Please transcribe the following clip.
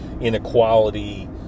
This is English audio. inequality